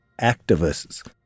activists